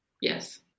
Yes